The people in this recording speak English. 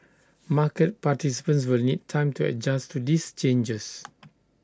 market participants will need time to adjust to these changes